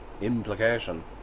implication